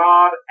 God